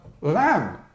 lamb